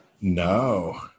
No